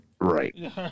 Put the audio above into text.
Right